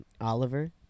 Oliver